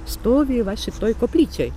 stovi va šitoj koplyčioj